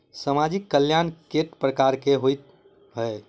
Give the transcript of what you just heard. सामाजिक कल्याण केट प्रकार केँ होइ है?